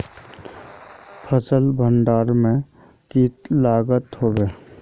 फसल भण्डारण में की लगत होबे?